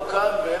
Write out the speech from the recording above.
הוא, הם